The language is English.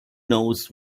knows